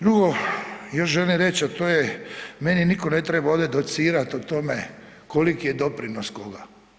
Drugo, još želim reć a to je, meni niko ne treba ovdje docirat o tome koliki je doprinos koga.